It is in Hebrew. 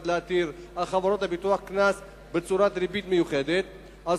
להטיל על חברות הביטוח קנס בצורת ריבית מיוחדת על